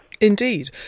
Indeed